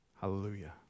Hallelujah